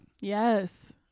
yes